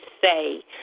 say